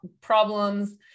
problems